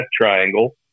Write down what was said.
Triangle